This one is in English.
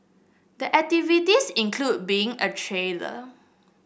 the activities include being a trader